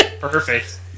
Perfect